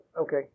Okay